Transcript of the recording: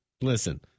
listen